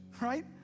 right